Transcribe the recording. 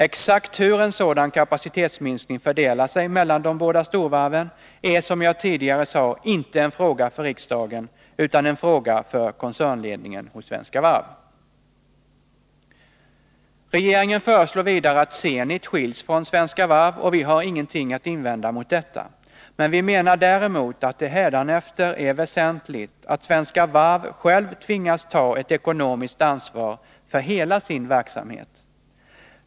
Exakt hur en sådan kapacitetsminskning fördelar sig mellan de båda storvarven är som jag tidigare sade inte en fråga för riksdagen, utan en fråga för koncernledningen hos Svenska Varv. Regeringen föreslår vidare att Zenit skiljs från Svenska Varv, och vi har ingenting att invända mot detta. Vi menar emellertid att det hädanefter är väsentligt att Svenska Varv själv tvingas ta ett ekonomiskt ansvar för hela sin verksamhet.